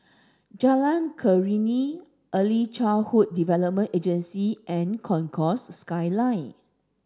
Jalan Keruing Early Childhood Development Agency and Concourse Skyline